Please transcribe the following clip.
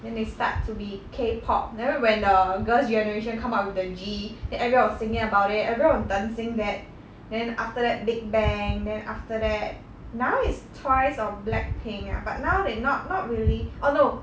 then they start to be K pop remember when the girls generation come up with the gee then everyone was singing about it everyone was dancing that then after that big bang then after that now is twice or black pink ah but now they not not really orh no